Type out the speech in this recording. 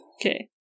Okay